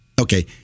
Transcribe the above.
Okay